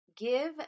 Give